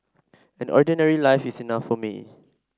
an ordinary life is enough for me